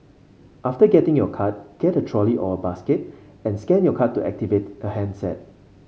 after getting your card get a trolley or basket and scan your card to activate a handset